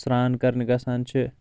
سرٛان کرنہِ گژھان چھِ